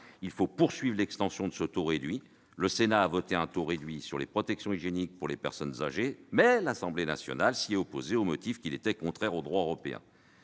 Il faut poursuivre l'extension de ce taux réduit ; le Sénat l'a fait pour les protections hygiéniques pour les personnes âgées, mais l'Assemblée nationale s'y est opposée, au motif que c'était contraire au droit européen.